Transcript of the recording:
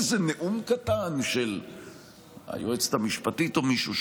איזה נאום קטן של היועצת המשפטית או מישהו.